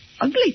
Ugly